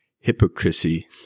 hypocrisy